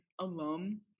alum